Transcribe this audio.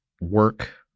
work